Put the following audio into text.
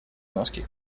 maschi